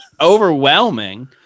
Overwhelming